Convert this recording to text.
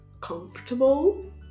comfortable